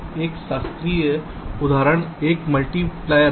एक शास्त्रीय उदाहरण एक मल्टीप्लायर है